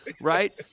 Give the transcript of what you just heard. right